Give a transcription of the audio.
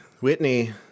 Whitney